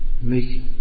make